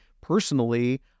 personally